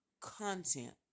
content